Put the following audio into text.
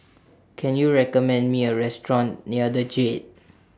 Can YOU recommend Me A Restaurant near The Jade